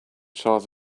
charles